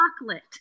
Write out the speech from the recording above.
chocolate